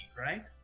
right